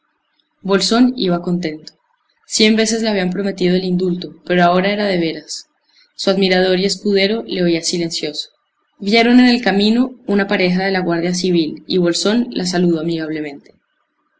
bolsón iba contento cien veces le habían prometido el indulto pero ahora era de veras su admirador y escudero le oía silencioso vieron en el camino una pareja de la guardia civil y bolsón la saludó amigablemente